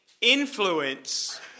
influence